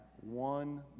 one